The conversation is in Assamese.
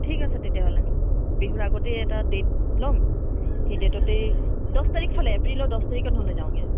ঠিক আছে তেতিয়াহ'লে বিহুৰ আগতেই এটা ডে'ট ল'ম সেই ডে'টতেই দহ তাৰিখ মানে এপ্ৰিলৰ দহ তাৰিখত নহ'লে যাওঁগৈ